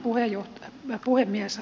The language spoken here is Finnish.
arvoisa puhemies